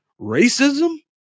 racism